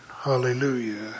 hallelujah